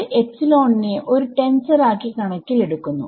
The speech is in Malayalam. അത് നെ ഒരു ടെൻസർ ആക്കി കണക്കിൽ എടുക്കുന്നു